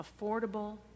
affordable